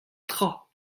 tra